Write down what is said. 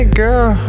girl